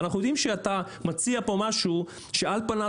אנחנו יודעים שאתה מציע פה משהו שעל פניו